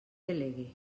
delegue